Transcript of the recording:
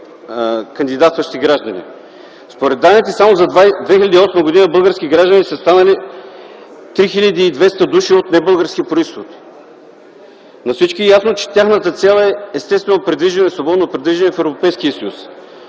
кандидатстващи граждани. Според данните само за 2008 г. български граждани са станали 3200 души – от небългарски произход. На всички е ясно, че тяхната цел естествено е свободно придвижване в